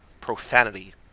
profanity